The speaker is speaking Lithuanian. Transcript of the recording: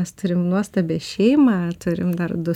mes turim nuostabią šeimą turim dar du